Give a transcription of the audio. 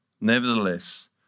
nevertheless